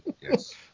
yes